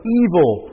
evil